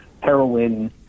heroin